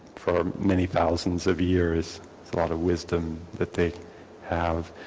for many thousands of years it's a lot of wisdom that they have.